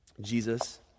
Jesus